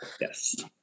Yes